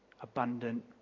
Abundant